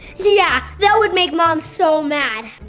yeah, that would make mom so mad!